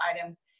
items